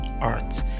art